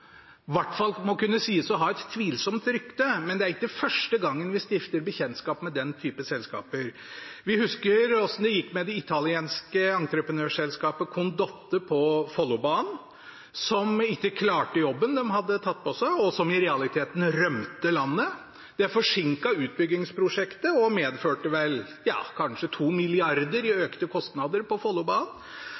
hvert fall må kunne sies å ha et tvilsomt rykte: Det er ikke første gang vi stifter bekjentskap med den typen selskaper. Vi husker hvordan det gikk med det italienske entreprenørselskapet Condotte, som ikke klarte jobben de hadde tatt på seg på Follobanen, og som i realiteten rømte landet. Det forsinket utbyggingsprosjektet og medførte vel kanskje 2 mrd. kr i økte kostnader på Follobanen.